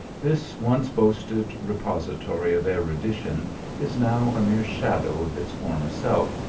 this once boasted repository of erudition is now a mere shadow of its former self,